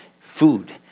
food